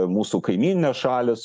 mūsų kaimyninės šalys